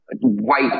white